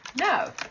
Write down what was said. No